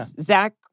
Zach